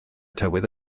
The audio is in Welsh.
tywydd